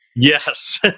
Yes